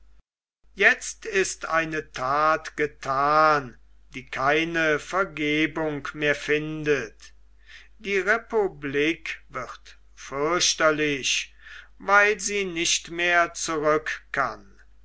jetzt ist eine that gethan die keine vergebung mehr findet die republik wird fürchterlich weil sie nicht mehr zurückkann